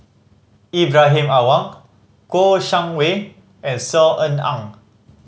Ibrahim Awang Kouo Shang Wei and Saw Ean Ang